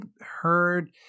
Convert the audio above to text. heard